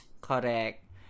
Correct